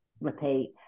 Repeat